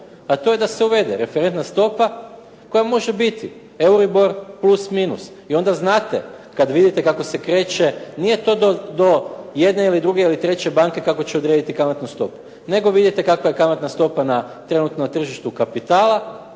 a to je da se uvede referentna stopa koja može biti Euribor plus minus i onda znate kad vidite kako se kreće. Nije to do jedne ili druge ili treće banke kako će odrediti kamatnu stopu, nego vidite kakva je kamatna stopa na trenutnom tržištu kapitala